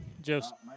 Joseph